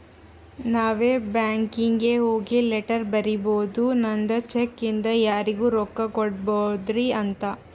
ನಾವೇ ಬ್ಯಾಂಕೀಗಿ ಹೋಗಿ ಲೆಟರ್ ಬರಿಬೋದು ನಂದ್ ಚೆಕ್ ಇಂದ ಯಾರಿಗೂ ರೊಕ್ಕಾ ಕೊಡ್ಬ್ಯಾಡ್ರಿ ಅಂತ